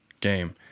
game